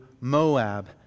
Moab